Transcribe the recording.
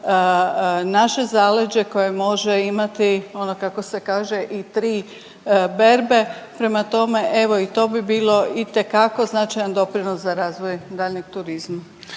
naše zaleđe koje može imati, ono kako se kaže, i tri berbe. Prema tome, evo i to bi bilo itekako značajan doprinos za razvoj daljnjeg turizma.